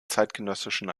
zeitgenössischen